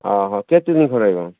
ହଁ ହଁ କେତେ ଦିନ ରହିବ